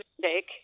mistake